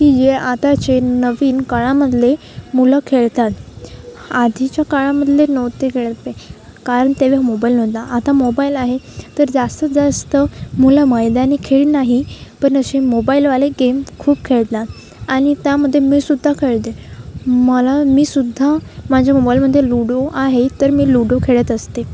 की जे आताचे नवीन काळामधले मुलं खेळतात आधीच्या काळामधले नव्हते खेळत ते कारण तेव्हा मोबाईल नव्हता आता मोबाईल आहे तर जास्तीत जास्त मुलं मैदानी खेळ नाही पण असे मोबाईलवाले गेम खूप खेळतात आणि त्यामध्ये मीसुद्धा खेळते मला मीसुद्धा माझ्या मोबाईलमध्ये लुडो आहे तर मी लुडो खेळत असते